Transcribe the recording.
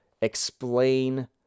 explain